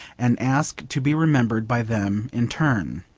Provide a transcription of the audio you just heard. and ask to be remembered by them in turn.